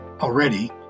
Already